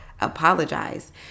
apologize